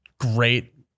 great